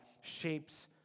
shapes